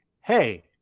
hey